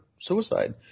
suicide